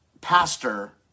pastor